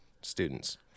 students